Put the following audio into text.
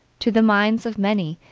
to the minds of many,